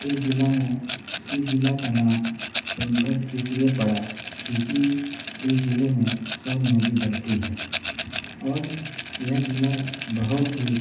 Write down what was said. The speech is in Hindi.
इस ज़िला मे इस ज़िला का नाम सोनभद्र इसलिए पड़ा क्योंकि इस ज़िले मे सोन नदी बहती है और यह ज़िला बहुत ही